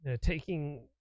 taking